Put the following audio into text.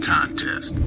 Contest